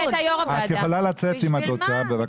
את יכולה לצאת אם את רוצה, בבקשה.